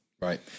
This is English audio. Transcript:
Right